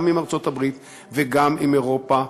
גם עם ארצות-הברית וגם עם אירופה,